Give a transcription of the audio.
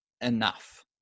enough